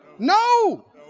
No